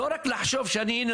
לא רק לחשוב שהנה,